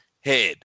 head